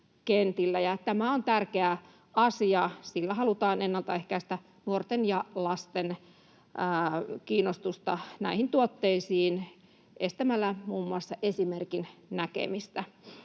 Tämä on tärkeä asia. Sillä halutaan ennaltaehkäistä nuorten ja lasten kiinnostusta näihin tuotteisiin estämällä muun muassa esimerkin näkemistä.